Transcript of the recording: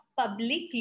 public